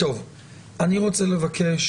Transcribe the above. אני רוצה לבקש